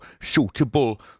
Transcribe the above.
suitable